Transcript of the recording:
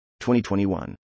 2021